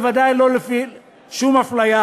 בוודאי לא לפי שום אפליה